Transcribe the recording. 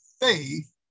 faith